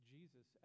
Jesus